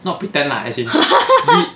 not pretend lah as in